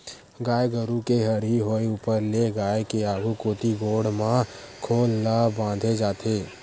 गाय गरु के हरही होय ऊपर ले गाय के आघु कोती गोड़ म खोल ल बांधे जाथे